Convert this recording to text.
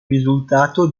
risultato